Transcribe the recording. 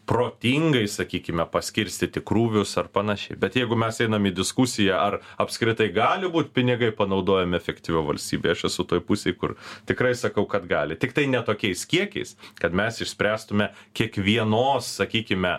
protingai sakykime paskirstyti krūvius ar panašiai bet jeigu mes einam į diskusiją ar apskritai gali būt pinigai panaudojami efektyviau valstybėj aš esu toj pusėj kur tikrai sakau kad gali tiktai ne tokiais kiekiais kad mes išspręstume kiekvienos sakykime